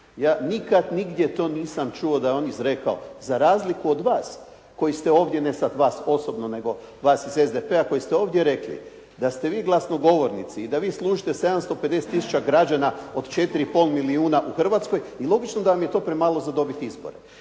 Ja nikad nigdje to nisam čuo da je on izrekao za razliku od vas koji ste ovdje, ne sad vas osobno nego vas iz SDP-a koji ste ovdje rekli da ste vi glasnogovornici i da vi služite 750 tisuća građana od 4,5 milijuna u Hrvatskoj i logično da vam je to premalo za dobit izbore.